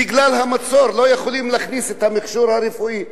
בגלל המצור לא יכולים להכניס את המכשור הרפואי.